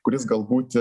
kuris galbūt